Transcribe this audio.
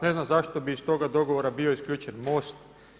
Ne znam zašto bi iz toga dogovora bio isključen Most.